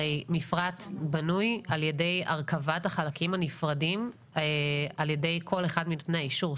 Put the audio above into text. הרי מפרט בנוי על ידי הרכבת החלקים הנפרדים על די כל אחד מנותני האישור.